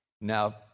Now